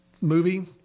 movie